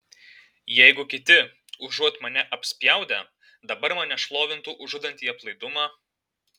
jeigu kiti užuot mane apspjaudę dabar mane šlovintų už žudantį aplaidumą